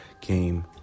came